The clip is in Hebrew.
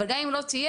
אבל גם אם לא תהיה,